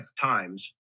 times